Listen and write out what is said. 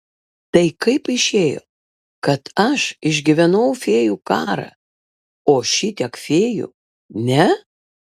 tai kaip išėjo kad aš išgyvenau fėjų karą o šitiek fėjų ne